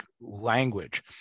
language